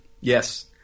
Yes